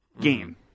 game